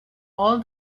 all